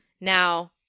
Now